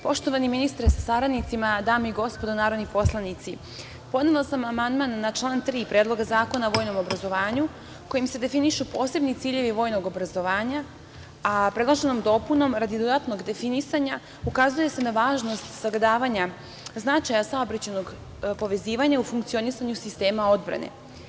Poštovani ministre sa saradnicima, dame i gospodo narodni poslanici, podnela sam amandman na član 3. Predloga zakona o vojnom obrazovanju kojim se definišu posebni ciljevi vojnog obrazovanja, a predloženom dopunom radi dodatnog definisanja ukazuje se na važnost sagledavanja značaja saobraćajnog povezivanja u funkcionisanju sistema odbrane.